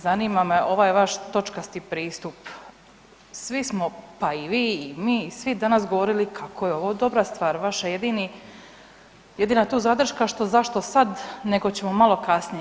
Zanima me ovaj vaš točkasti pristup, svi smo pa i vi i mi i svi danas govorili kako je ovo dobra stvar, vaša jedina tu zadrška zašto sad nego ćemo malo kasnije.